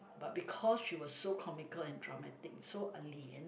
but because she was so comical and dramatic so Ah Lian